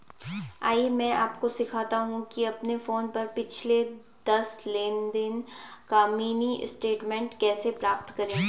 आइए मैं आपको सिखाता हूं कि अपने फोन पर पिछले दस लेनदेन का मिनी स्टेटमेंट कैसे प्राप्त करें